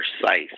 precise